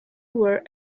were